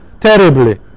terribly